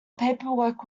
paperwork